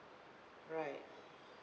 alright